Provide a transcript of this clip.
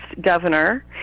governor